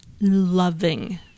loving